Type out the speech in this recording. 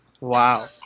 wow